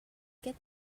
get